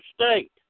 state